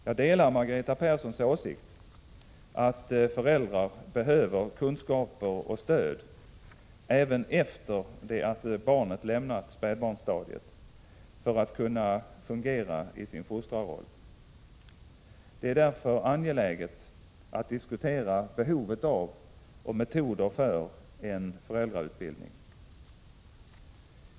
Jag delar Margareta Perssons åsikt att föräldrar behöver kunskaper och stöd, även efter det att barnet lämnat spädsbarnsstadiet, för att kunna fungera i sin fostrarroll. Det är därför angeläget att diskutera behovet av och metoder för en föräldrautbildning.